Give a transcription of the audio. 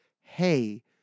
hey